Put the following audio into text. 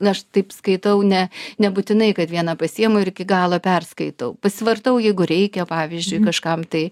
aš taip skaitau ne nebūtinai kad vieną pasiimu ir iki galo perskaitau pasivartau jeigu reikia pavyzdžiui kažkam tai